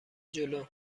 جلو